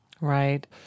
Right